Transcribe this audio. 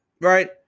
Right